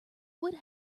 would